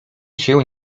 się